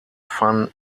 van